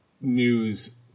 news